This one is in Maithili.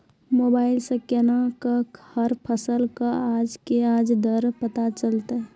मोबाइल सऽ केना कऽ हर फसल कऽ आज के आज दर पता चलतै?